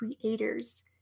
Creators